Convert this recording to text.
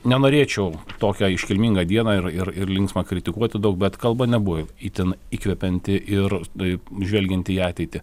nenorėčiau tokią iškilmingą dieną ir ir ir linksmą kritikuoti daug bet kalba nebuvo itin įkvepianti ir taip žvelgiant į ateitį